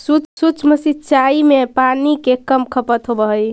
सूक्ष्म सिंचाई में पानी के कम खपत होवऽ हइ